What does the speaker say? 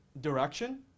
Direction